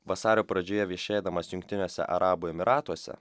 vasario pradžioje viešėdamas jungtiniuose arabų emyratuose